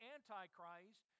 Antichrist